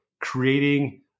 creating